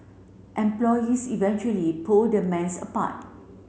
employees eventually pulled the men's apart